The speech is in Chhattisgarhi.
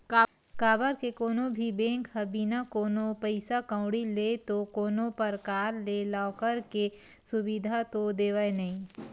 काबर के कोनो भी बेंक ह बिना कोनो पइसा कउड़ी ले तो कोनो परकार ले लॉकर के सुबिधा तो देवय नइ